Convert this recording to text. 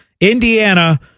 Indiana